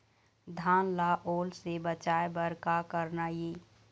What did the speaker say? धान ला ओल से बचाए बर का करना ये?